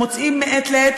מוצאים מעת לעת,